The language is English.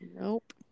nope